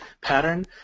pattern